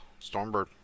Stormbird